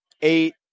eight